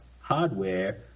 hardware